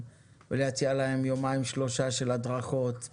ולהציע להם יומיים או שלושה של הדרכות,